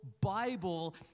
Bible